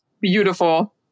beautiful